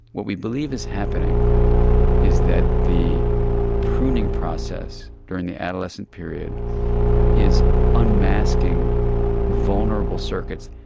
what we believe is happening is that the pruning process during the adolescent period is unmasking vulnerable circuits,